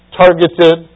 targeted